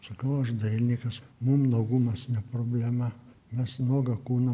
sakau aš dailininkas mum nuogumas ne problema mes nuogą kūną